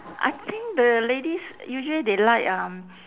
I think the ladies usually they like um